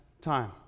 time